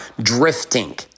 drifting